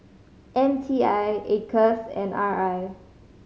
M T I Acres and R I